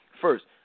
first